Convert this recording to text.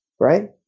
right